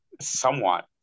somewhat